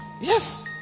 Yes